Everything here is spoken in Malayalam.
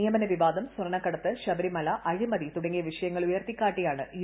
നിയമന വിവാദം സ്വർണ്ണക്കടത്ത് ശബരിമല അഴിമതി തുടങ്ങിയ വിഷയങ്ങൾ ഉയർത്തിക്കാട്ടിയാണ് യു